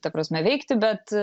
ta prasme veikti bet